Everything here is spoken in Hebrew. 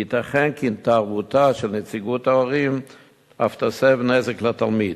וייתכן כי התערבותה של נציגות ההורים אף תסב נזק לתלמיד,